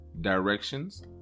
Directions